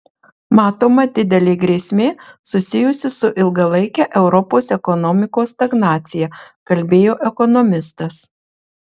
matoma didelė grėsmė susijusi su ilgalaike europos ekonomikos stagnacija kalbėjo ekonomistas